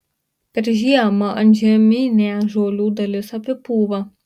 per žiemą antžeminė žolių dalis apipūva